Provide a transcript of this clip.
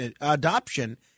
adoption